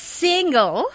single